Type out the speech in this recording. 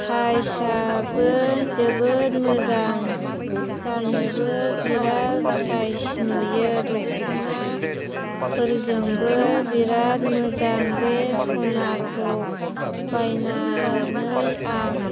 साइजआबो जोबोद मोजां गाननोबो बिराद साइज नुयो दख'नाफोरजोंबो बिराद मोजां बे स'नाखौ बायनानै आं